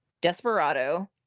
Desperado